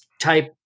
type